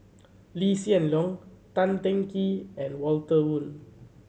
Lee Hsien Loong Tan Teng Kee and Walter Woon